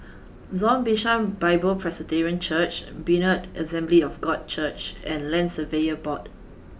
Zion Bishan Bible Presbyterian Church Berean Assembly of God Church and Land Surveyors Board